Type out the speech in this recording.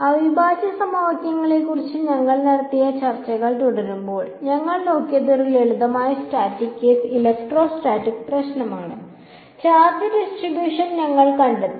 അവിഭാജ്യ സമവാക്യങ്ങളെക്കുറിച്ച് ഞങ്ങൾ നടത്തിയ ചർച്ച തുടരുമ്പോൾ ഞങ്ങൾ നോക്കിയത് ഒരു ലളിതമായ സ്റ്റാറ്റിക് കേസ് ഇലക്ട്രോസ്റ്റാറ്റിക്സ് പ്രശ്നമാണ് ചാർജ് ഡിസ്ട്രിബ്യൂഷൻ ഞങ്ങൾ കണ്ടെത്തി